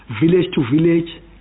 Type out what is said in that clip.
village-to-village